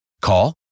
Call